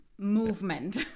movement